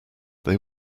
they